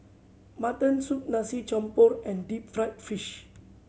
mutton soup Nasi Campur and deep fried fish